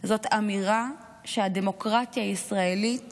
זאת אמירה שהדמוקרטיה הישראלית